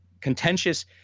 contentious